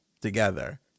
together